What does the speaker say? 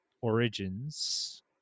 Origins